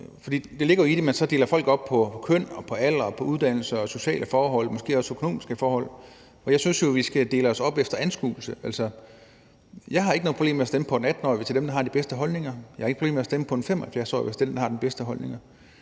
det. Det ligger jo i det, at man så deler folk op i forhold til køn, alder, uddannelse, sociale forhold og måske også økonomiske forhold, og jeg synes jo, at vi skal dele os op efter anskuelse. Jeg har ikke noget problem med at stemme på 18-årige, hvis det er dem, der har de bedste holdninger; jeg har ikke noget problem med at stemme på 75-årige, hvis det er dem, der har de bedste holdninger.